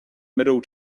middle